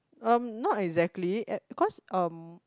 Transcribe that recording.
um not exactly at because um